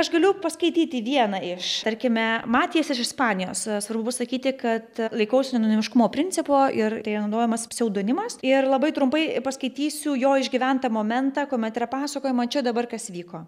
aš galiu paskaityti vieną iš tarkime matijas ispanijos svarbu pasakyti kad laikausi anonimiškumo principo ir tai naudojamas pseudonimas ir labai trumpai paskaitysiu jo išgyventą momentą kuomet yra pasakojama čia dabar kas vyko